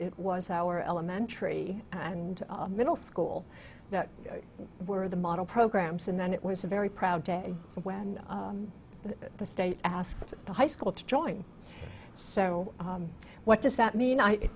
it was our elementary and middle school that were the model programs and then it was a very proud day when the state asked the high school to join so what does that mean i